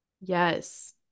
Yes